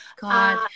God